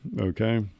okay